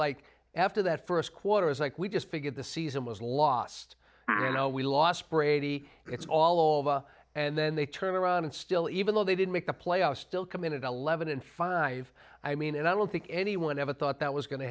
like after that first quarter is like we just figured the season was lost we lost brady it's all over and then they turn around and still even though they did make the playoffs still committed eleven and five i mean and i don't think anyone ever thought that was going to